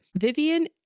Vivian